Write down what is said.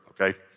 okay